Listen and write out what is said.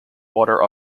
water